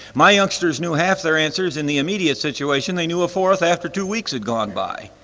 my youngsters knew half their answers in the immediate situation they knew a fourth after two weeks had gone by.